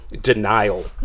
denial